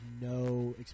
no